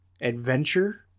adventure